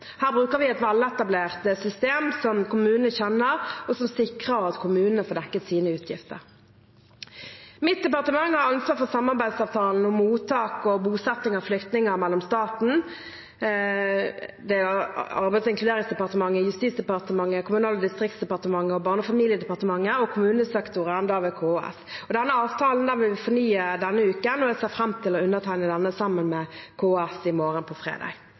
Her bruker vi et veletablert system som kommunene kjenner, og som sikrer at kommunene får dekket sine utgifter. Mitt departement har ansvar for samarbeidsavtalen om mottak og bosetting av flyktninger mellom staten – Arbeids- og inkluderingsdepartementet, Justis- og beredskapsdepartementet, Kommunal- og distriktsdepartementet og Barne- og familiedepartementet – og kommunesektoren ved KS. Denne avtalen vil vi fornye denne uken, og jeg ser fram til å undertegne denne med KS på fredag.